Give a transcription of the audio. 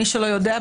מי שלא יודע,